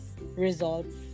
results